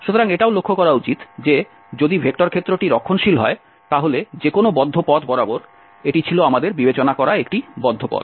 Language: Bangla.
সুতরাং এটাও লক্ষ্য করা উচিত যে যদি ভেক্টর ক্ষেত্রটি রক্ষণশীল হয় তাহলে যেকোনো বদ্ধ পথ বরাবর এটি ছিল আমাদের বিবেচনা করা একটি বদ্ধ পথ